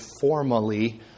formally